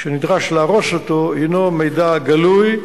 שנדרש להרוס אותו הינו מידע גלוי,